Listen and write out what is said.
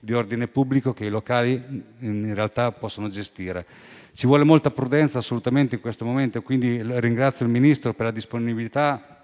di ordine pubblico che i locali in realtà possono gestire. Ci vuole assolutamente molta prudenza in questo momento, quindi ringrazio il Ministro per la disponibilità